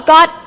God